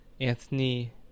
Anthony